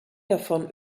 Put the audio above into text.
davon